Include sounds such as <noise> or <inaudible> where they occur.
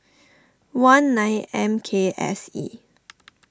one nine M K S E <noise>